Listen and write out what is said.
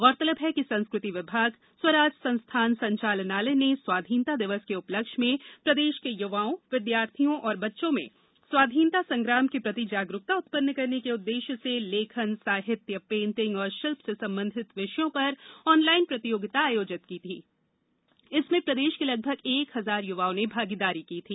गौरतलब है कि संस्कृति विभाग स्वराज संस्थान संचालनालय ने स्वाधीनता दिवस के उपलक्ष्य में प्रदेश के युवाओं विद्यार्थियों और बच्चों में स्वाधीनता संग्राम के प्रति जागरूकता उत्पन्न करने के उद्देश्य से लेखन साहित्य पेंटिंग और शिल्प से संबंधित विषयों पर ऑनलाइन प्रतियोगिता आयोजित की थी जिसमें प्रदेश के लगभग एक हजार युवाओं ने भागीदारी की थी